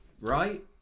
right